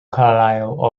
carlisle